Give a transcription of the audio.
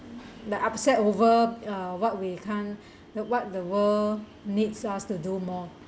the upset over uh what we can't what the world needs us to do more